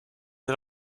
ser